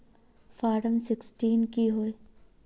Form sixteen की होय?